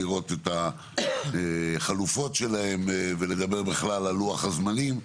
לראות את החלופות שלהם, ולדבר על לוח הזמנים.